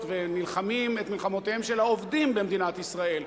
ונלחמים את מלחמותיהם של העובדים במדינת ישראל,